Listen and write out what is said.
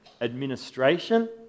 administration